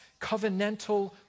covenantal